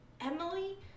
Emily